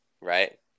right